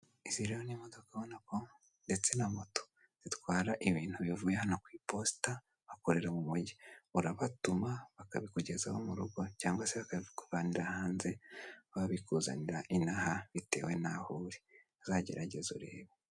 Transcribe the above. Ziriya ni imodoka ubonako Ndetse na moto zitwara ibintu bivuye hano ku iposita, bakorera mu mujyi, urabatuma bakabikugezaho mu rugo cyangwa se bakabikuvanira hanze babikuzanira inaha bitewe n'aho uri, azagerageza urebe.